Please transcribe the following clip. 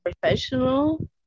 professional